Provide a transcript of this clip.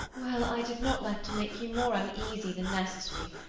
well, i did not like to make you more uneasy than necessary.